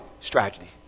strategy